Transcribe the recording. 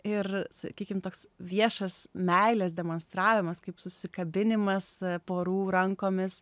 ir sakykim toks viešas meilės demonstravimas kaip susikabinimas porų rankomis